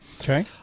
Okay